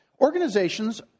Organizations